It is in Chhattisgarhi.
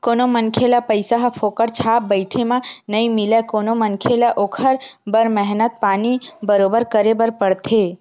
कोनो मनखे ल पइसा ह फोकट छाप बइठे म नइ मिलय कोनो मनखे ल ओखर बर मेहनत पानी बरोबर करे बर परथे